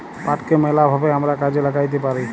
পাটকে ম্যালা ভাবে আমরা কাজে ল্যাগ্যাইতে পারি